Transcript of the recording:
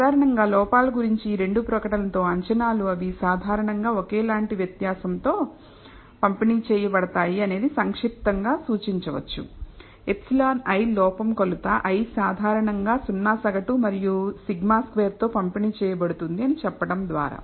సాధారణంగా లోపాల గురించి ఈ రెండు ప్రకటన లో అంచనాలు అవి సాధారణంగా ఒకేలాంటి వ్యత్యాసంతో పంపిణీ చేయబడతాయి అనేది సంక్షిప్తంగా సూచించవచ్చు εi లోపం కొలత i సాధారణంగా 0 సగటు మరియు σ2 తో పంపిణీ చేయబడుతుంది అని చెప్పటం ద్వారా